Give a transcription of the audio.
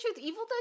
Evil